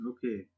Okay